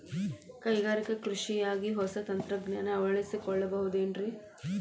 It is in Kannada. ಕೈಗಾರಿಕಾ ಕೃಷಿಯಾಗ ಹೊಸ ತಂತ್ರಜ್ಞಾನವನ್ನ ಅಳವಡಿಸಿಕೊಳ್ಳಬಹುದೇನ್ರೇ?